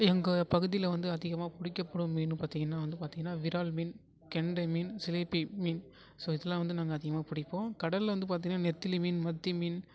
எங்கள் பகுதியில வந்து அதிகமாக பிடிக்கப்படும் மீன் பார்த்தீங்கன்னா வந்து பார்த்தீங்கன்னா விறால் மீன் கெண்டை மீன் சிலேபி மீன் ஸோ இதெல்லாம் வந்து நாங்கள் அதிகமாக பிடிப்போம் கடல்ல வந்து பார்த்தீங்கன்னா நெத்திலி மீன் மத்தி மீன்